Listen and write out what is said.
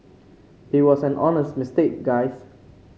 it was an honest mistake guys